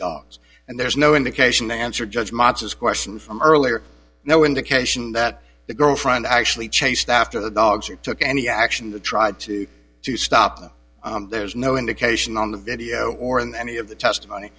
dogs and there's no indication the answer judge motss question from earlier no indication that the girlfriend actually chased after the dogs or took any action to try to stop them there's no indication on the video or in any of the testimony